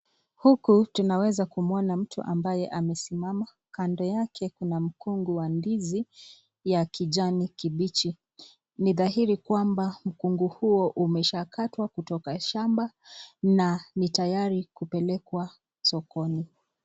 Huku tunaweza kumwona mtu ambaye amesimama. Kando yake kuna mkungu wa ndizi ya kijani kibichi. Ni dhahiri kwamba mkungu huo umeshakatwa kutoka shamba na ni tayari kupelekwa sokoni.